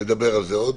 נדבר על זה עוד.